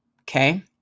Okay